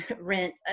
rent